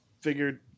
figured